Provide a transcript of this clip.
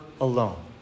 alone